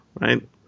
right